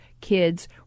kids